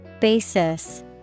Basis